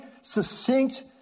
succinct